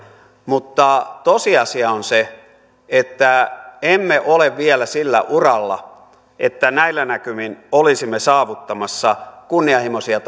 mutta tosiasia on se että emme ole vielä sillä uralla että näillä näkymin olisimme saavuttamassa kunnianhimoisia